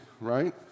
right